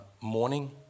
morning